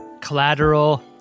collateral